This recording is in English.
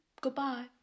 goodbye